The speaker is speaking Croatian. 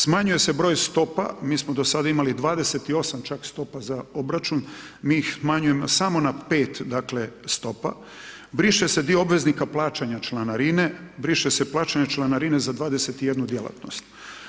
Smanjuje se broj stopa, mi smo do sada imali 28 čak stopa za obračun, mi ih smanjujemo samo za 5 stopa, briše se dio obveznika plaćanja članarine, briše se plaćanje članarine za 21 djelatnost.